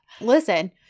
listen